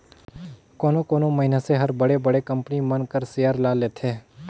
कोनो कोनो मइनसे हर बड़े बड़े कंपनी मन कर सेयर ल लेथे